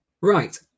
Right